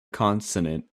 consonant